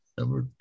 number